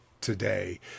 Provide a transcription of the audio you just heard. today